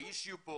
האישיו פה